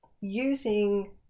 using